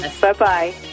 Bye-bye